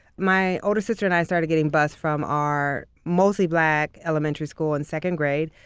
my older sister and i started getting bused from our mostly black elementary school in second grade.